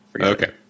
Okay